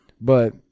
But-